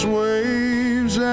waves